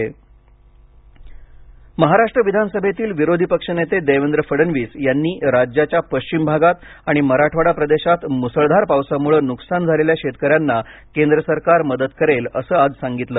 देवेंद्र फडणवीस महाराष्ट्र विधानसभेतील विरोधी पक्ष नेते देवेंद्र फडणवीस यांनी राज्याच्या पश्चिम भागात आणि मराठवाडा प्रदेशात मुसळधार पावसामुळे नुकसान झालेल्या शेतकऱ्यांना केंद्र सरकार मदत करेल असं आज सांगितलं